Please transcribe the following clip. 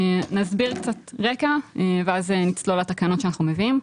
נסביר קצת רקע ואז נצלול לתקנות שאנחנו מביאים.